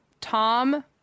Tom